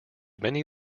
many